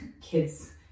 kids